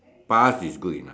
pass is good enough